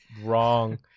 Wrong